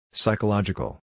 psychological